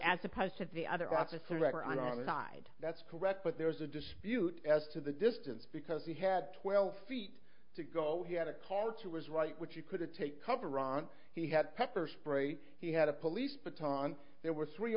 as opposed to the other officer on the other side that's correct but there was a dispute as to the distance because he had twelve feet to go he had a card to his right which you couldn't take cover on he had pepper spray he had a police baton there were three